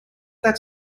that